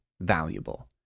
valuable